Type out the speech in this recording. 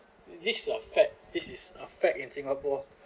this a fact this is a fact in singapore